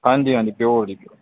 ਹਾਂਜੀ ਹਾਂਜੀ ਪਿਓਰ ਜੀ ਪਿਓਰ